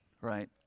right